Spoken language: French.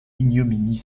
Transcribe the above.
ignominie